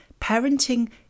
Parenting